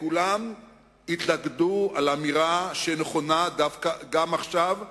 כולם התלכדו סביב אמירה שנכונה גם עכשיו,